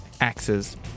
axes